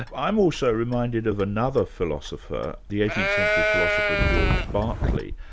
i'm also reminded of another philosopher, the eighteenth century philosopher, george barclay,